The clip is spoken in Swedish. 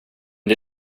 det